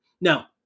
Now